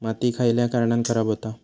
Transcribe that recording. माती खयल्या कारणान खराब हुता?